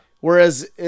Whereas